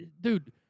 dude